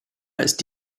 ist